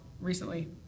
recently